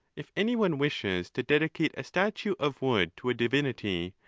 if any one wishes to dedicate a statue of wood to a divinity,